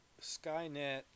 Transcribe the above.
Skynet